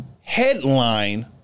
headline